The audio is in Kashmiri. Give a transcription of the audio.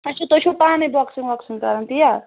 اچھا تُہۍ چھِو پانے بۄکسِنٛگ وۄکسِنٛگ کَران تِیا